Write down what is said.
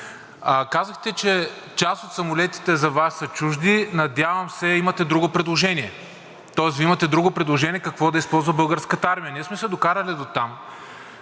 Казахте, че част от самолетите за Вас са чужди – надявам се, имате друго предложение. Тоест Вие имате друго предложение какво да използва Българската армия. Ние сме се докарали дотам